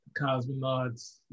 cosmonauts